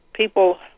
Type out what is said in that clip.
People